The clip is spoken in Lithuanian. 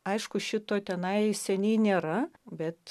aišku šito tenai seniai nėra bet